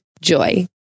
Joy